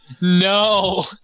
No